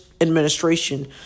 administration